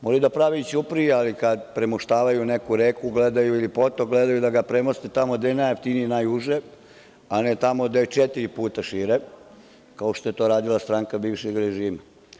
Moraju da prave i ćuprije, ali kad premoštavaju neku reku ili potok, gledaju da ga premoste tamo gde je najjeftinije i najuže, a ne tamo gde je četiri puta šire, kao što je to radila stranka bivšeg režima.